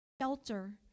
shelter